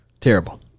Terrible